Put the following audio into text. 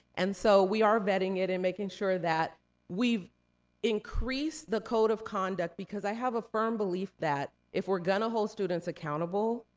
and so, we are vetting it and making sure that we've increased the code of conduct, because i have a firm belief that if we're gonna hold students accountable,